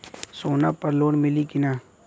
सोना पर लोन मिली की ना?